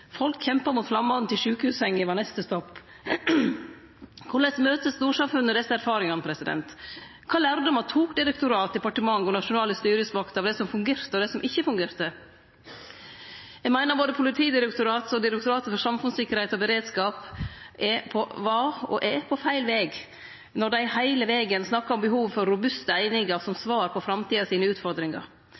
Folk kjempa mot flammene til sjukehussenga var neste stopp. Korleis møter storsamfunnet desse erfaringane? Kva for lærdomar tok direktorat, departement og nasjonale styresmakter av det som fungerte, og av det som ikkje fungerte? Eg meiner både Politidirektoratet og Direktoratet for samfunnssikkerheit og beredskap var og er på feil veg når dei heile vegen snakkar om behovet for robuste einingar som svar på utfordringane i framtida.